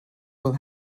will